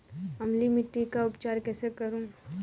अम्लीय मिट्टी का उपचार कैसे करूँ?